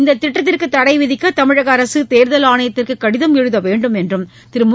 இந்த திட்டத்திற்கு தடை விதிக்க தமிழக அரசு தேர்தல் ஆணையத்திற்கு கடிதம் எழுத வேண்டும் என்றும் திரு மு